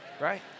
right